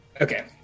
Okay